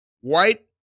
white